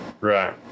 right